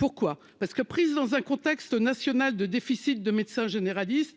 disposition, prise dans un contexte national de déficit de médecins généralistes,